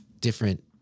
different